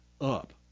up